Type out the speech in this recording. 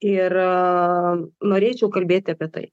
ir norėčiau kalbėti apie tai